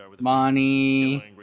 money